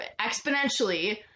exponentially